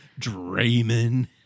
Draymond